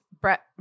Brett